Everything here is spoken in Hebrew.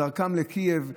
בדרכם לקייב,